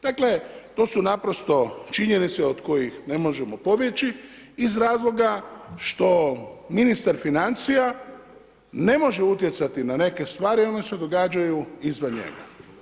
Dakle, to su naprosto činjenice od kojih ne možemo pobjeći iz razloga što ministar financija ne može utjecati na neke stvari, one se događaju izvan njega.